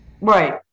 Right